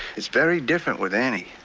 it's very different with annie.